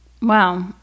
Wow